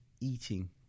eating